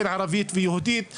בין ערבית ויהודית,